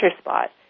spot